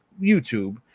YouTube